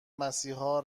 مسیحا